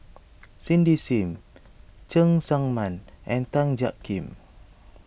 Cindy Sim Cheng Tsang Man and Tan Jiak Kim